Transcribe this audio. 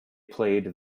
played